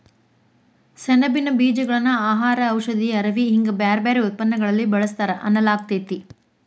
ಸೆಣಬಿನ ಬೇಜಗಳನ್ನ ಆಹಾರ, ಔಷಧಿ, ಅರವಿ ಹಿಂಗ ಬ್ಯಾರ್ಬ್ಯಾರೇ ಉತ್ಪನ್ನಗಳಲ್ಲಿ ಬಳಸ್ತಾರ ಅನ್ನಲಾಗ್ತೇತಿ